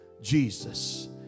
Jesus